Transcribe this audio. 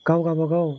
गाव गावबागाव